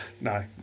No